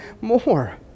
more